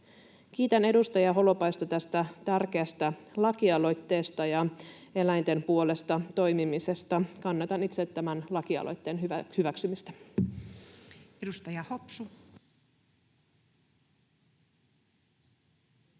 Kiitän edustaja Holopaista tästä tärkeästä lakialoitteesta ja eläinten puolesta toimimisesta. Kannatan itse tämän lakialoitteen hyväksymistä.